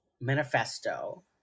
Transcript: manifesto